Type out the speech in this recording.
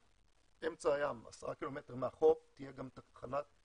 ובאמצע הים, 10 קילומטר מהחוף תהיה גם תחנת